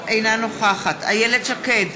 אינה נוכחת איילת שקד,